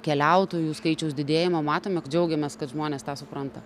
keliautojų skaičiaus didėjimo matome kad džiaugiamės kad žmonės tą supranta